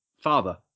father